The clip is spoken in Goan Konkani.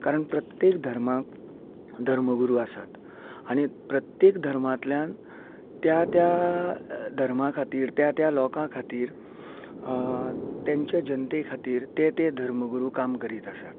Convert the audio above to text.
कारण प्रत्येक धर्माक धर्मगुरू आसात आनी प्रत्येक धर्मांतल्यान त्या त्या धर्मा खातीर त्या त्या लोकां खातीर तेंचे जनते खातीर ते ते धर्मगुरू काम करीत आसात